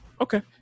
Okay